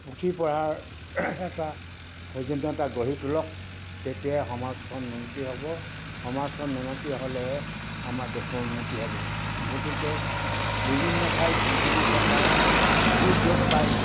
পুথি পঢ়াৰ এটা সৌজন্যতা গঢ়ি তোলক তেতিয়াহে সমাজখন উন্নতি হ'ব সমাজখন উন্নতি হ'লে আমাৰ দেশৰ উন্নতি হ'ব গতিকে বিভিন্ন ঠাইত বিভিন্ন প্ৰকাৰে যি য'ত পায়